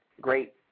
great